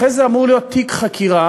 אחרי זה אמור להיות תיק חקירה,